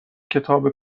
کتاب